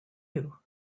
you